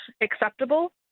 acceptable